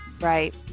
Right